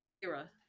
Era